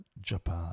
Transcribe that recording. Japan